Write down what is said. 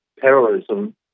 terrorism